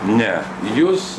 ne jūs